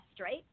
right